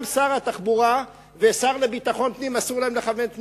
גם לשר התחבורה ולשר לביטחון פנים אסור לכוון תנועה,